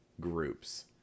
groups